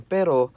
Pero